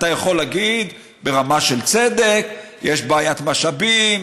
אתה יכול להגיד, במידה של צדק: יש בעיית משאבים.